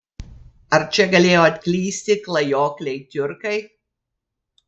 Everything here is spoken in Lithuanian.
ar čia galėjo atklysti klajokliai tiurkai